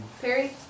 Perry